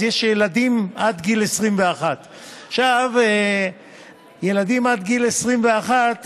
אז יש ילדים עד גיל 21. ילדים עד גיל 21,